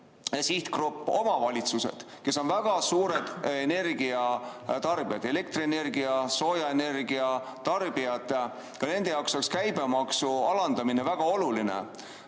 sihtgrupp on omavalitsused, kes on väga suured energiatarbijad, elektrienergia ja soojaenergia tarbijad – ka nende jaoks oleks käibemaksu alandamine väga oluline.